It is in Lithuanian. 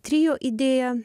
trio idėja